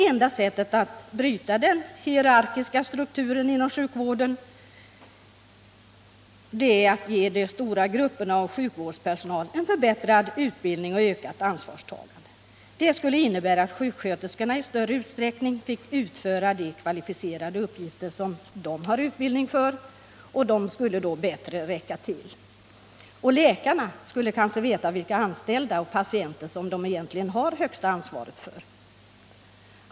Enda sättet att bryta den hierarkiska strukturen inom sjukvården äratt ge de stora grupperna av sjukvårdspersonal en förbättrad utbildning och ett ökat ansvarstagande. Det skulle innebära att sjuksköterskorna i större utsträckning fick utföra de kvalificerade uppgifter som de har utbildning för. De skulle då bättre räcka till. Och läkarna skulle kanske veta vilka anställda och patienter som de egentligen har högsta ansvaret för.